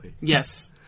Yes